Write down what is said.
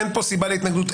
אין פה סיבה להתנגדות,